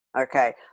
Okay